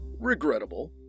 Regrettable